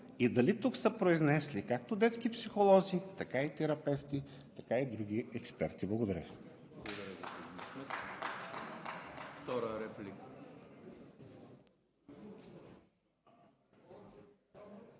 Дали тук са се произнесли както детски психолози, така и терапевти, така и други експерти? Благодаря